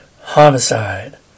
homicide